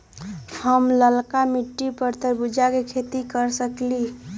हम लालका मिट्टी पर तरबूज के खेती कर सकीले?